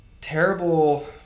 terrible